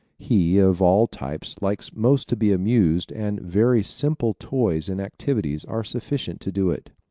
he of all types likes most to be amused and very simple toys and activities are sufficient to do it.